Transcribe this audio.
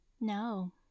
No